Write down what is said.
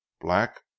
black